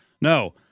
No